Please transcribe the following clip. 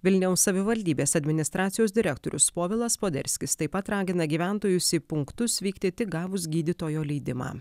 vilniaus savivaldybės administracijos direktorius povilas poderskis taip pat ragina gyventojus į punktus vykti tik gavus gydytojo leidimą